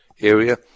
area